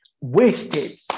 wasted